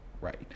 right